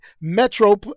Metro